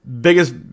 Biggest